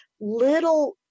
little